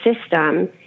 system